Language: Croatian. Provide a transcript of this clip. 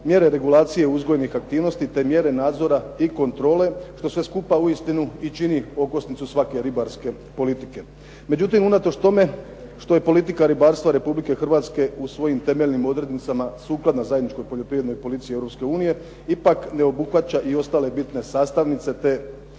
mjere regulacije uzgojnih aktivnosti, te mjere nadzora i kontrole što sve skupa uistinu čini okosnicu svake ribarske politike. No međutim, unatoč tome što je politika ribarstva Republike Hrvatske u svojim temeljnim odrednicama sukladna zajedničkoj poljoprivrednoj politici Europske unije, ipak ne obuhvaća i ostale bitne sastavnice te